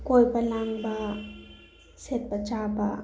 ꯀꯣꯏꯕ ꯂꯥꯡꯕ ꯁꯦꯠꯄ ꯆꯥꯕ